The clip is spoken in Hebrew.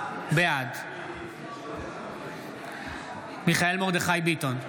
בעד מיכאל מרדכי ביטון,